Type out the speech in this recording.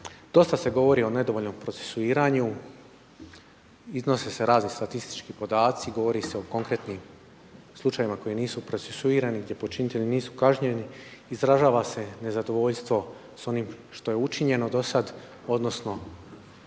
Dosta se govori o nedovoljnom procesuiranju, iznose se razni statistički podaci, govori se o konkretnim slučajevima koji nisu procesuirani, gdje počinitelji nisu kažnjeni, izražava se nezadovoljstvo s onim što je učinjeno do sad, odnosno